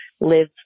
live